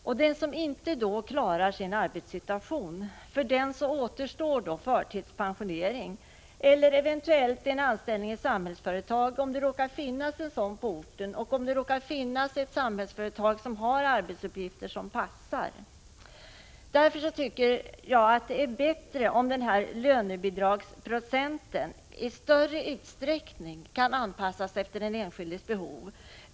För den som då inte klarar sin arbetssituation återstår förtidspensionering eller eventuellt anställning inom Samhällsföretag, om Samhällsföretag råkar finnas på orten och råkar ha arbetsuppgifter som passar. Jag tycker att det är bättre om den här lönebidragsprocenten i större utsträckning kan anpassas efter den enskildes behov.